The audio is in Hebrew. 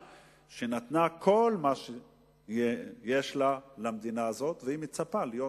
שנתנה כל מה שיש לה למדינה הזאת והיא מצפה להיות,